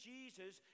Jesus